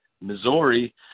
Missouri